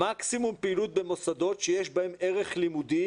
מקסימום פעילות במוסדות שיש בהם ערך לימודי